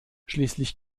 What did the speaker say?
schließlich